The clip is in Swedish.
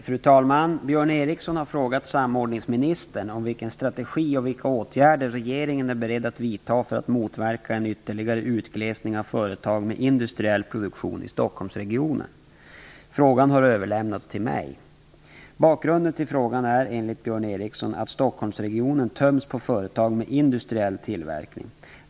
Fru talman! Björn Ericson har frågat samordningsministern om vilken strategi regeringen har och vilka åtgärder regeringen är beredd att vidta för att motverka en ytterligare utglesning av företag med industriell produktion i Stockholmsregionen. Frågan har överlämnats till mig. Bakgrunden till frågan är enligt Björn Ericson att Stockholmsregionen töms på företag med industriell tillverkning.